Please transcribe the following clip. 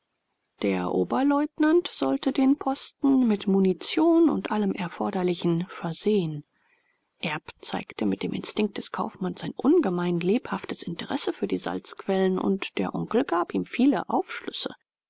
der oberleutnant sollte den posten mit munition und allem erforderlichen versehen erb zeigte mit dem instinkt des kaufmanns ein ungemein lebhaftes interesse für die salzquellen und der onkel gab ihm viele aufschlüsse